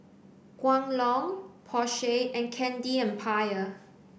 Kwan Loong Porsche and Candy Empire